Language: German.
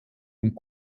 und